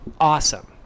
Awesome